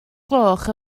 gloch